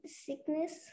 sickness